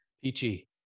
peachy